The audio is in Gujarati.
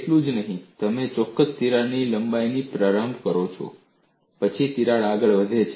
એટલું જ નહીં તમે ચોક્કસ તિરાડ લંબાઈથી પ્રારંભ કરો છો પછી તિરાડ આગળ વધે છે